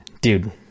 dude